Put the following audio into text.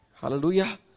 hallelujah